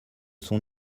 son